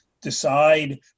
decide